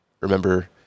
remember